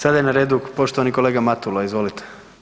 Sada je na redu poštovani kolega Matula, izvolite.